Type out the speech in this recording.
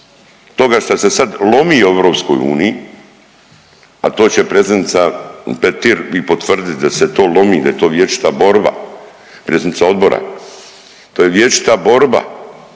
toga što se sada lomi u Europskoj uniji a to će predsjednica Petir i potvrditi da se to lomi, da je to vječita borba predsjednica odbora. To je vječita borba